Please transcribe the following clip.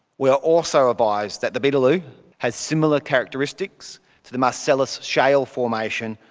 we are also advised that the beetaloo has similar characteristics to the marcellus shale formation,